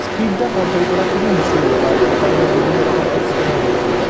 স্পিডটা কন্ট্রোল করা খুবই মুশকিল ব্যাপার যে কারণে বিভিন্ন রকম অ্যাক্সিডেন্ট হয়ে যেতে পারে